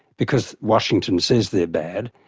because washington says they're bad,